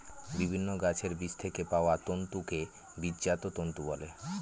বিভিন্ন গাছের বীজ থেকে পাওয়া তন্তুকে বীজজাত তন্তু বলে